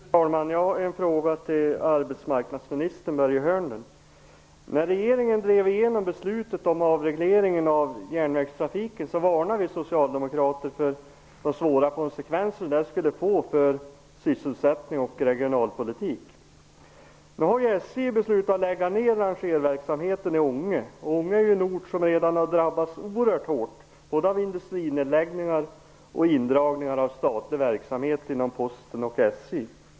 Fru talman! Jag har en fråga till arbetsmarknadsminister Börje Hörnlund. När regeringen drev igenom beslutet om avreglering av järnvägstrafiken varnade vi socialdemokrater för de svåra konsekvenser detta skulle få för sysselsättning och regionalpolitik. Nu har SJ beslutat att lägga ner rangerverksamheten i Ånge. Ånge är en ort som redan har drabbats oerhört hårt både av industrinedläggningar och av indragningar av statlig verksamhet inom Posten och SJ.